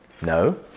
No